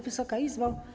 Wysoka Izbo!